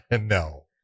No